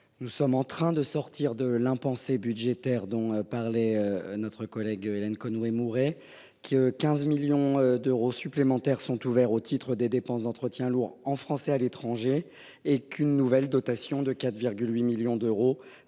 nous sommes en train de sortir de l’impensé budgétaire qu’a évoqué notre collègue Hélène Conway Mouret. Ainsi, 15 millions d’euros supplémentaires sont ouverts au titre des dépenses d’entretien lourd des bâtiments français à l’étranger. En outre, une nouvelle dotation de 4,8 millions d’euros